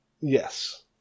Yes